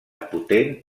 potent